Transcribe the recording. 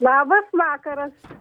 labas vakaras